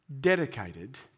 dedicated